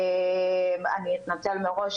אני מתנצלת מראש,